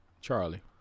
Charlie